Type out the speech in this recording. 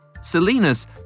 Salinas